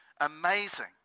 Amazing